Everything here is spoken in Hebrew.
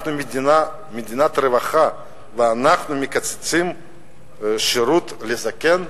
אנחנו מדינת רווחה ואנחנו מקצצים שירות לזקן?